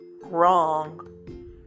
wrong